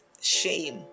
shame